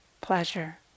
pleasure